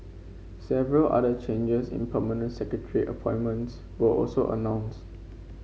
several other changes in permanent secretary appointments were also announced